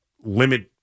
limit